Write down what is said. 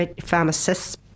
pharmacists